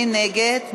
מי נגד?